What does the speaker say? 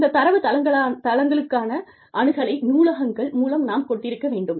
இந்த தரவு தளங்களுக்கான அணுகலை நூலகங்கள் மூலம் நாம் கொண்டிருக்க வேண்டும்